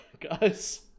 guys